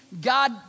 God